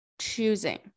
choosing